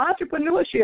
entrepreneurship